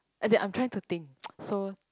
as in I'm trying to think so